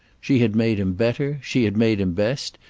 she had made him better, she had made him best,